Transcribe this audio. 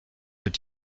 wird